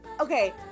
Okay